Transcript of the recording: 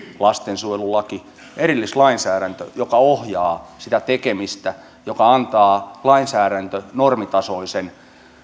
lastensuojelulaki erillislainsäädäntö joka ohjaa sitä tekemistä joka antaa lainsäädäntö normitasoisen